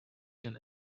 can